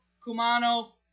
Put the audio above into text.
Kumano